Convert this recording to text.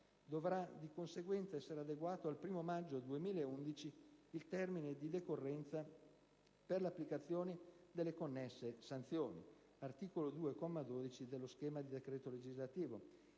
Dovrà di conseguenza essere adeguato al 1° maggio 2011 il termine di decorrenza per l'applicazione delle connesse sanzioni (articolo 2, comma 12, dello schema di decreto legislativo).